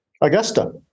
Augusta